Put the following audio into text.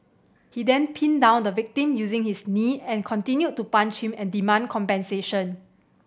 he then pinned down the victim using his knee and continued to punch him and demand compensation